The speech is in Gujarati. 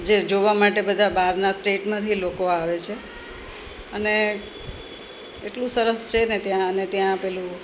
જે જોવા માટે બધા બહારના સ્ટેટમાંથી લોકો આવે છે અને એટલું સરસ છે ને ત્યાં અને ત્યાં પેલું